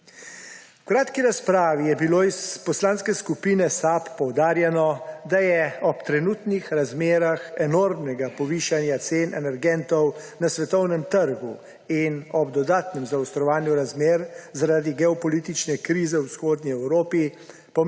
V kratki razpravi je bilo iz Poslanske skupine SAB poudarjeno, da je ob trenutnih razmerah enormnega povišanja cen energentov na svetovnem trgu in ob dodatnem zaostrovanju razmer zaradi geopolitične krize v vzhodni Evropi